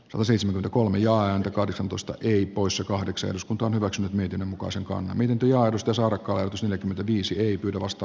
on seisonut kulmiaan ja kahdeksantoista ii poissa kahdeksan uskontoon hyväksynyt niiden mukaan selkoa niiden johdosta saara kaakiselle kriisi ei vastaa